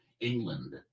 England